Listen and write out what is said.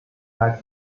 like